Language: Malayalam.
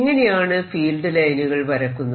എങ്ങനെയാണ് ഫീൽഡ് ലൈനുകൾ വരക്കുന്നത്